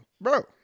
bro